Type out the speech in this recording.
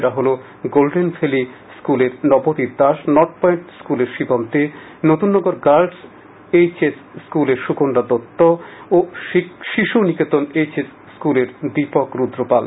এরা হল Golden Valley H S স্কুলের নবদিত দাস নর্থ পয়েন্ট স্কুলের Shivam Dey Natunnagar girls H S স্কুলের সুকন্যা দত্ত ও শিশুনিকেতন এইচ এস স্কুলের দীপক রুদ্রপাল